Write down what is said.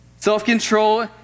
Self-control